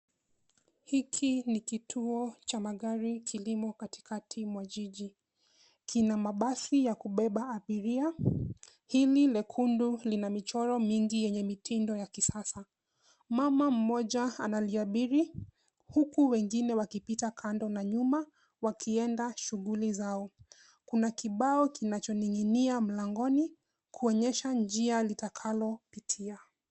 Hiki ni kituo cha magari kilimo kati mwa jiji. Kina mabasi ya kubeba abiria. Hili lekundu lina michoro mingi yenye mitindo ya kisasa. Mama mjoa analiabiri huku wengine wakipita kando na nyuma wakienda shuguli zao. Kuna kibao kinachoning'inia mlangoni kuonyesha njia litakalolipitia.